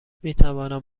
میتوانم